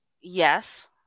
Yes